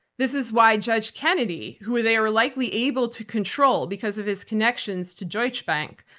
this is why judge kennedy, who they are likely able to control because of his connections to deutsche bank,